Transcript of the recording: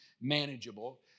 manageable